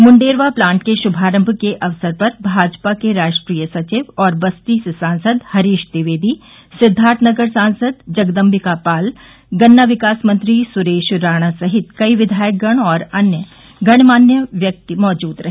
Munderwa plant के शुभारम्भ के अवसर पर भाजपा के राष्ट्रीय सचिव और बस्ती से सांसद हरीश द्विवेदी सिद्वार्थनगर सांसद जगदम्बिका पाल गन्ना विकास मंत्री सुरेश राणा सहित कई विधायकगण और अन्य गणमान्य व्यक्ति मौजूद रहे